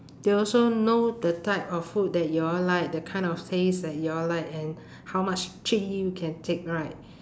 they also know the type of food that you all like the kind of taste that you all like and how much chilli you can take right